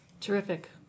Terrific